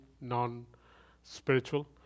non-spiritual